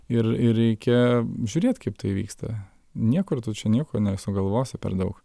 ir ir reikia žiūrėt kaip tai vyksta niekur tu čia nieko nesugalvosi per daug